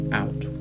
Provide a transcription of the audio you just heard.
out